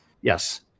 Yes